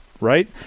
right